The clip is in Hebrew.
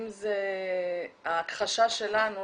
אם זה ההכחשה שלנו,